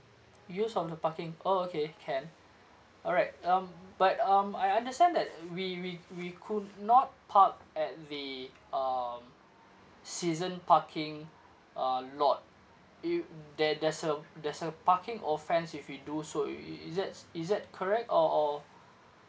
use on the parking oh okay can alright um but um I understand that we we we could not park at the um season parking uh lot it there there's a there's a parking offence if we do so i~ i~ is that is that correct or or